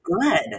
good